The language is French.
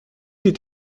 est